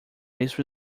race